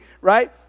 right